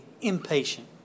impatient